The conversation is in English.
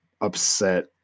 upset